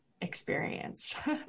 experience